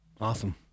Awesome